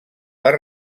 per